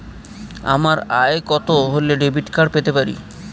আমার আয় কত হলে ডেবিট কার্ড পেতে পারি?